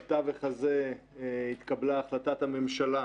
בתווך הזה התקבלה החלטת הממשלה,